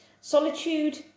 Solitude